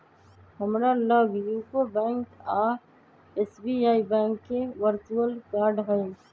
हमरा लग UCO bank आऽ एस.बी.आई बैंक के वर्चुअल कार्ड हइ